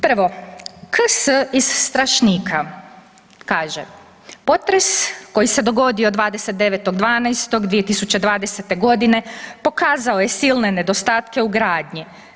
Prvo, KS iz Strašnika kaže: „Potres koji se dogodio 29. 12. 2020. godine pokazao je silne nedostatke u gradnji.